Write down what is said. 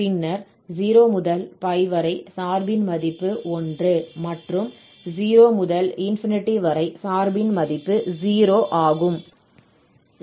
பின்னர் 0 முதல் π வரை சார்பின் மதிப்பு 1 மற்றும் 0 முதல் ∞ வரை சார்பின் மதிப்பு 0 ஆகும்